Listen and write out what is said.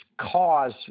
cause